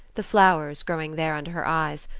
the flowers growing there under her eyes,